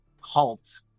halt